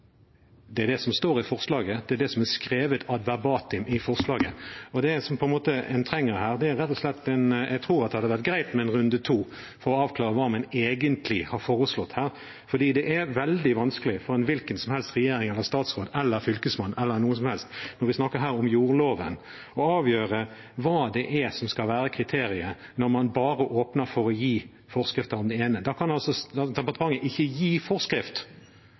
Det er det som står i forslaget, det er det som er skrevet ad verbatim i forslaget. Det en trenger her, og som jeg tror hadde vært greit, er rett og slett en runde to for å avklare hva man egentlig har foreslått her. Det er veldig vanskelig for en hvilken som helst regjering, statsråd, statsforvalter eller hva som helst, når vi snakker her om jordloven, å avgjøre hva det er som skal være kriteriet, når man bare åpner for å gi forskrifter om det ene. Da kan ikke departementet gi forskrift